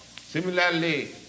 Similarly